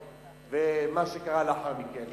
1979 ומה שקרה לאחר מכן.